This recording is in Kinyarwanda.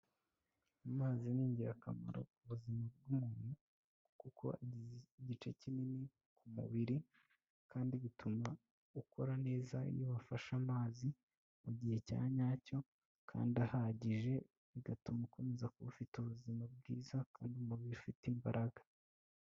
Amazi ni ingirakamaro ku buzima bw'umuntu kuko agize igice kinini ku mubiri kandi bituma ukora neza iyo wafashe amazi mu gihe cya nyacyo kandi ahagije bigatuma ukomeza kuba ufite ubuzima bwiza kandi umubiri ufite imbaraga.